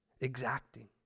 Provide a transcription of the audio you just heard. Exacting